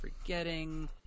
forgetting